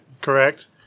Correct